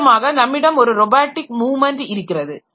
முக்கியமாக நம்மிடம் ஒரு ரோபோடிக் மூவ்மெண்ட் இருக்கிறது